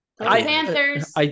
Panthers